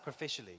sacrificially